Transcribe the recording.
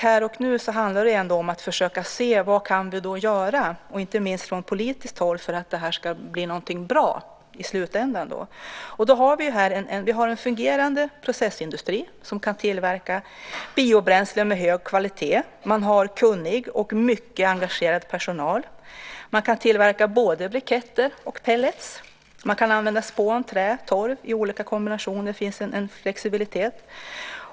Här och nu handlar det ändå om att försöka se vad vi kan göra, inte minst från politiskt håll, för att det här ska bli något bra i slutändan. Det är en fungerande processindustri som kan tillverka biobränsle med hög kvalitet. Man har en kunnig och mycket engagerad personal. Man kan tillverka både briketter och pellets. Man kan använda spån, trä och torv i olika kombinationer; det finns en flexibilitet.